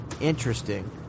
interesting